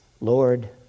Lord